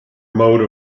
mode